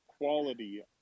quality